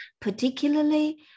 particularly